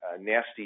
nasty